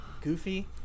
goofy